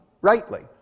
rightly